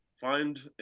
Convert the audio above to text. Find